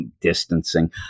distancing